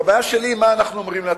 הבעיה שלי היא מה אנחנו אומרים לעצמנו.